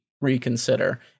reconsider